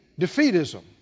Defeatism